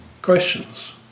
questions